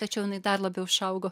tačiau jinai dar labiau išaugo